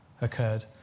occurred